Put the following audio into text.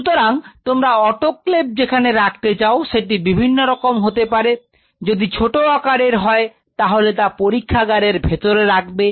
সুতরাং তোমরা অটোক্লেভ যেখানে রাখতে চাও সেটি বিভিন্ন রকম হতে পারে যদি ছোট আকারের হয় তাহলে তা পরীক্ষাগারের ভেতরের রাখবে